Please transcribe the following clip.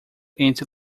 entre